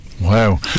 wow